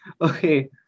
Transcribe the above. okay